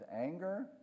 anger